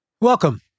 Welcome